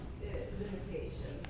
limitations